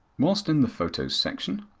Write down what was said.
last in the photo section,